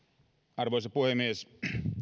arvoisa puhemies